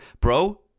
Bro